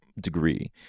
degree